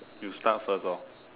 you start first hor